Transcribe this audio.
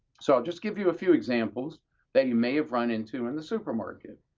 so i'll just give you a few examples that you may have run into in the supermarket.